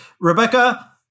Rebecca